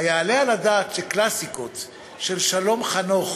היעלה על הדעת שקלאסיקות של שלום חנוך